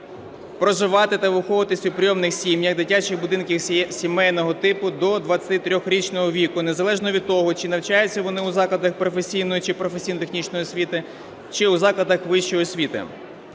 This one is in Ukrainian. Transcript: проживати та виховуватись у прийомних сім'ях, дитячих будинках сімейного типу до 23-річного віку незалежно від того, чи навчаються вони у закладах професійної чи професійно-технічної освіти, чи у закладах вищої освіти.